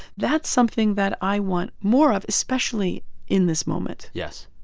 that's something that i want more of, especially in this moment yes.